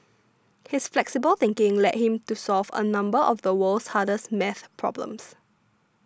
his flexible thinking led him to solve a number of the world's hardest math problems